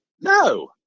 No